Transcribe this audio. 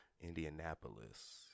Indianapolis